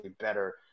better